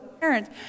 parents